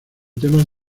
temas